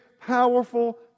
powerful